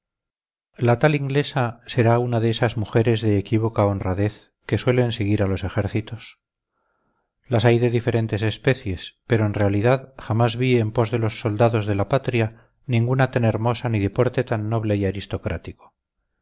la tal inglesa será una de esas mujeres de equívoca honradez que suelen seguir a los ejércitos las hay de diferentes especies pero en realidad jamás vi en pos de los soldados de la patria ninguna tan hermosa ni de porte tan noble y aristocrático